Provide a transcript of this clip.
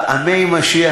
פעמי משיח,